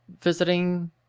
visiting